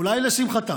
אולי לשמחתם,